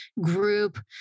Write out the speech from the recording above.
group